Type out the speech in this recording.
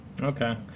okay